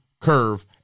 curve